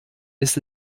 ist